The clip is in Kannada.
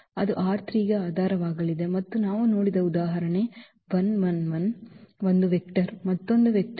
ಅದು ಗೆ ಆಧಾರವಾಗಲಿದೆ ಮತ್ತು ನಾವು ನೋಡಿದ ಉದಾಹರಣೆ ಒಂದು ವೆಕ್ಟರ್ ಮತ್ತೊಂದು ವೆಕ್ಟರ್ ಮತ್ತು ಮೂರನೆಯದು